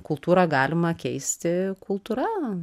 kultūrą galima keisti kultūra